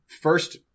First